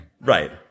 right